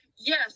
yes